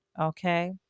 okay